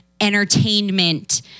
entertainment